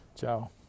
Ciao